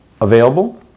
available